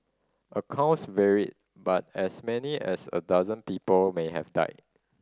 accounts varied but as many as a dozen people may have died